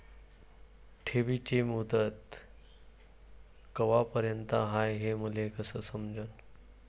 ठेवीची मुदत कवापर्यंत हाय हे मले कस समजन?